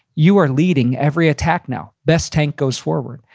you are leading every attack now. best tank goes forward.